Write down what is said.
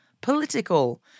political